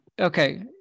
okay